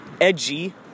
edgy